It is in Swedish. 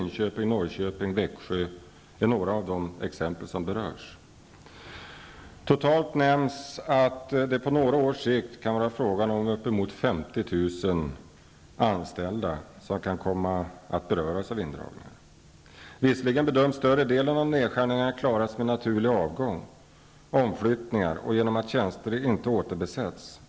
Det nämns att det på några års sikt totalt kan vara fråga om bortemot 50 000 anställda som berörs av indragningar. Visserligen görs bedömningen att större delen av nedskärningarna kan klaras genom naturlig avgång och omflyttningar samt genom att tjänster inte återbesätts.